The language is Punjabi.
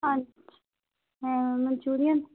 ਹਾਂਜੀ ਹਾਂ ਮਨਚੂਰੀਅਨ